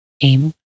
aim